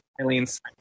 Eileen's